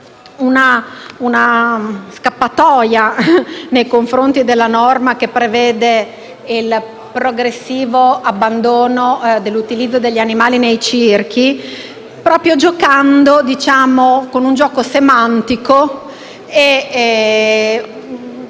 una scappatoia nei confronti della norma che prevede il progressivo abbandono dell'utilizzo degli animali nei circhi, con un gioco semantico,